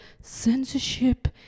censorship